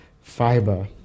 fiber